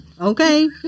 okay